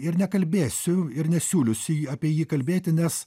ir nekalbėsiu ir nesiūlysiu apie jį kalbėti nes